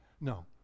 No